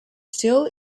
still